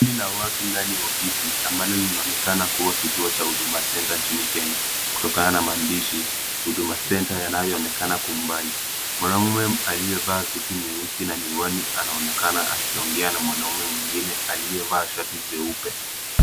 Kundi la watu ndani ya ofisi ambalo linaonekana kuwa kituo cha Huduma Centre nchini Kenya kutokana na maandishi Huduma Centre yanayoonekana kwa umbali. Mwanaume aliyevaa suti nyeusi na miwani anaonekana akiongea na mwanaume mwingine aliyevaa shati jeupe.